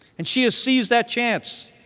and she has seized that chance.